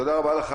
תודה רבה לך.